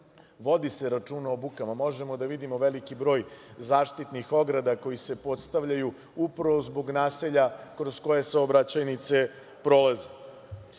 vodi se računa o bukama. Možemo da vidimo veliki broj zaštitnih ograda koje se postavljaju upravo zbog naselja kroz koje saobraćajnice prolaze. Rade